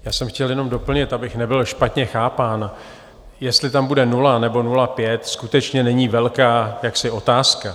Já jsem chtěl jenom doplnit, abych nebyl špatně chápán: jestli tam bude nula nebo 0,5, skutečně není velká otázka.